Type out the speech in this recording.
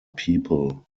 people